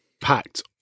packed